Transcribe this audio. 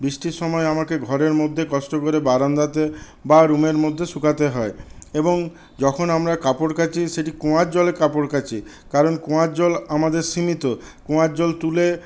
বৃষ্টির সময় আমাকে ঘরের মধ্যে কষ্ট করে বারান্দাতে বা রুমের মধ্যে শুকাতে হয় এবং যখন আমরা কাপড় কাচি সেটি কুয়োর জলে কাপড় কাচি কারণ কুয়োর জল আমাদের সীমিত কুয়োর জল তুলে